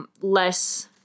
less